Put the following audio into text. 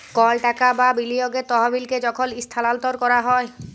call টাকা বা বিলিয়গের তহবিলকে যখল ইস্থালাল্তর ক্যরা হ্যয়